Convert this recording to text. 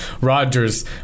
Rodgers